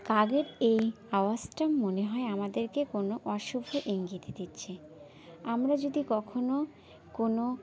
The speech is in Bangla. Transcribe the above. কাকের এই আওয়াজটা মনে হয় আমাদেরকে কোনো অশুভ ইঙ্গিত দিচ্ছে আমরা যদি কখনও কোনো